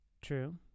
True